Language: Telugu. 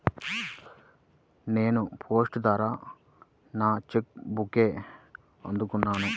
నేను పోస్ట్ ద్వారా నా చెక్ బుక్ని అందుకున్నాను